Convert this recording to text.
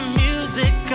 music